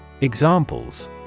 Examples